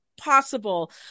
possible